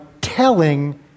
telling